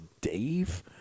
Dave